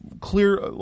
clear